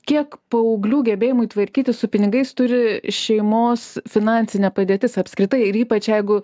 kiek paauglių gebėjimui tvarkytis su pinigais turi šeimos finansinė padėtis apskritai ir ypač jeigu